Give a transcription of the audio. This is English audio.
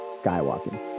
Skywalking